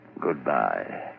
Goodbye